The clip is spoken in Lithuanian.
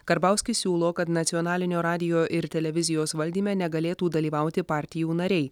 karbauskis siūlo kad nacionalinio radijo ir televizijos valdyme negalėtų dalyvauti partijų nariai